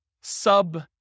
sub